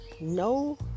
No